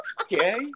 Okay